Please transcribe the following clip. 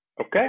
Okay